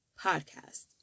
Podcast